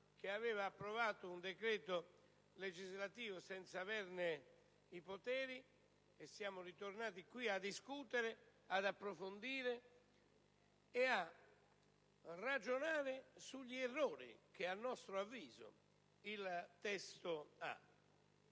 che aveva approvato un decreto legislativo senza averne i poteri. Siamo tornati quindi a discutere, ad approfondire e a ragionare sugli errori che - a nostro avviso - sono